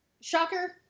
Shocker